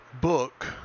book